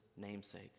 namesake